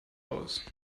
aus